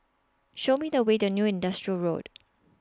Show Me The Way to New Industrial Road